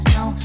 no